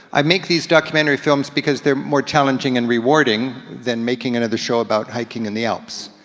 i make these documentary films because they're more challenging and rewarding than making another show about hiking in the alps.